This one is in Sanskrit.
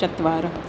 चत्वारः